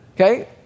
okay